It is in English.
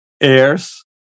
heirs